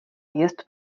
jest